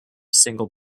single